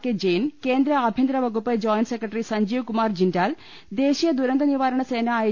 K Jain കേന്ദ്ര ആഭ്യന്തരവകുപ്പ് joint secretary Sanjeev Kumar Jindal ദേശീയ ദുരന്ത നിവാ രണ സേന ഐ